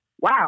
wow